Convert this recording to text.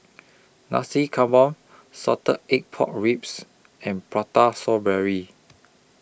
Nasi Campur Salted Egg Pork Ribs and Prata Saw Berry